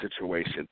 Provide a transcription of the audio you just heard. situation